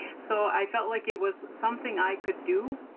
so i felt like it was something i could do.